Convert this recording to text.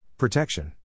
Protection